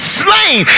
slain